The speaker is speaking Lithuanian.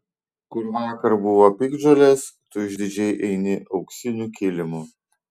kur vakar buvo piktžolės tu išdidžiai eini auksiniu kilimu